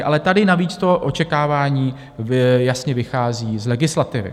Ale tady navíc to očekávání jasně vychází z legislativy.